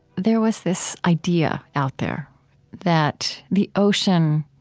there was this idea out there that the ocean,